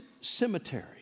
cemetery